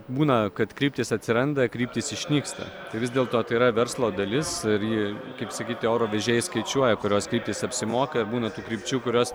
būna kad kryptys atsiranda kryptys išnyksta tai vis dėlto tai yra verslo dalis ir ji kaip sakyti oro vežėjai skaičiuoja kurios kryptys apsimoka ir būna tų krypčių kurios